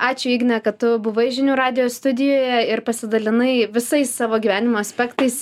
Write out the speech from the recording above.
ačiū igne kad tu buvai žinių radijo studijoje ir pasidalinai visais savo gyvenimo aspektais